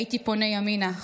הייתי פונה ימינה,